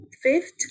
Fifth